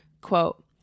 quote